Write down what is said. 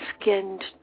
skinned